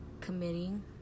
committing